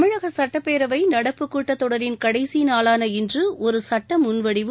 தமிழக சட்டப்பேரவைக் நடப்பு கூட்டத்தொடரின் கடைசி நாளான இன்று ஒரு சட்ட முன்வடிவு